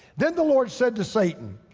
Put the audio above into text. then the lord said to satan,